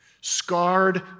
scarred